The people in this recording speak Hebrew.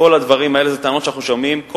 כל הדברים האלה זה טענות שאנחנו שומעים כל